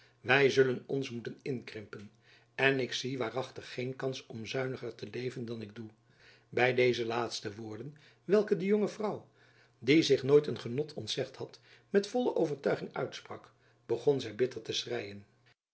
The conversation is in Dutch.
wy zullen ons moeten inkrimpen en ik zie waarachtig geen kans om zuiniger te leven dan ik doe by deze laatste woorden welke de jonge vrouw die zich nooit een genot ontzegd had met volle overtuiging uitsprak begon zy bitter te schreien